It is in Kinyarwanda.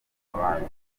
abandi